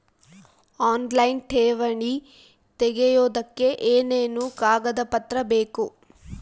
Online ಠೇವಣಿ ತೆಗಿಯೋದಕ್ಕೆ ಏನೇನು ಕಾಗದಪತ್ರ ಬೇಕು?